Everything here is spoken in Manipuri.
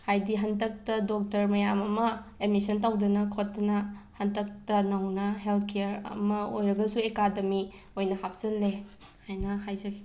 ꯍꯥꯏꯗꯤ ꯍꯟꯗꯛꯇ ꯗꯣꯛꯇꯔ ꯃꯌꯥꯝ ꯑꯃ ꯑꯦꯃꯤꯁꯟ ꯇꯧꯗꯨꯅ ꯈꯣꯠꯇꯅ ꯍꯟꯗꯛꯇ ꯅꯧꯅ ꯍꯦꯜꯊ ꯀꯦꯌꯔ ꯑꯃ ꯑꯣꯏꯔꯒꯁꯨ ꯑꯦꯀꯥꯗꯃꯤ ꯑꯣꯏꯅ ꯍꯥꯞꯆꯤꯜꯂꯦ ꯍꯥꯏꯅ ꯍꯥꯏꯖꯒꯦ